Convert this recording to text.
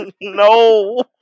no